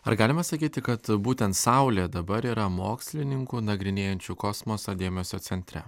ar galima sakyti kad būtent saulė dabar yra mokslininkų nagrinėjančių kosmosą dėmesio centre